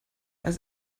als